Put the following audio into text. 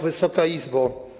Wysoka Izbo!